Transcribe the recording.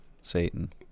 Satan